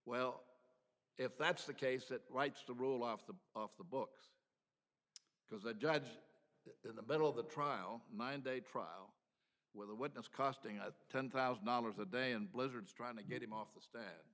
well if that's the case it writes the rule off the off the books because the judge in the middle of the trial nine day trial with a witness costing us ten thousand dollars a day in blizzard's trying to get him off the stand